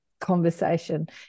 conversation